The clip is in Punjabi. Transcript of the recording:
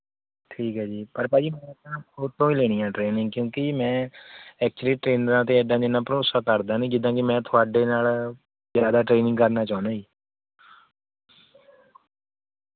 ਠੀਕ ਹੈ ਜੀ ਪਰ ਭਾਜੀ ਮੈਂ ਨਾ ਥੋਤੋਂ ਹੀ ਲੈਣੀ ਹੈ ਟ੍ਰੇਨਿੰਗ ਕਿਉਂਕਿ ਮੈਂ ਐਕਚੂਅਲੀ ਟ੍ਰੇਨਰਾਂ 'ਤੇ ਐਡਾ ਜਿੰਨਾ ਭਰੋਸਾ ਕਰਦਾ ਨਹੀਂ ਜਿੱਦਾਂ ਕਿ ਮੈਂ ਤੁਹਾਡੇ ਨਾਲ ਜ਼ਿਆਦਾ ਟ੍ਰੇਨਿੰਗ ਕਰਨਾ ਚਾਹੁੰਦਾ ਜੀ